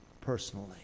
personally